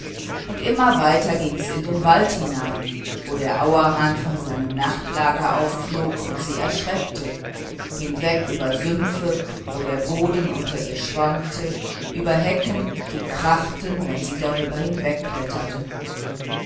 und immer weiter gings in den wald hinein wo der auerhahn von seinem nachtlager aufflog und sie erschreckte hinweg über sümpfe wo der boden unter ihr schwankte über hecken die krachten wenn sie darüber